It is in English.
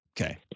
Okay